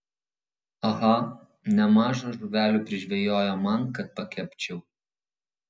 aha nemaža žuvelių prižvejojo man kad pakepčiau